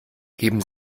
heben